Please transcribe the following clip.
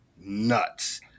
nuts